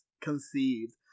conceived